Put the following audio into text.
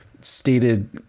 stated